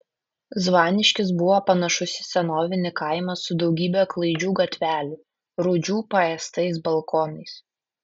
zvaniškis buvo panašus į senovinį kaimą su daugybe klaidžių gatvelių rūdžių paėstais balkonais